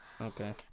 okay